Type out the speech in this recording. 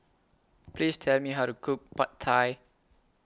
Please Tell Me How to Cook Pad Thai